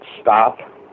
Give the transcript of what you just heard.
stop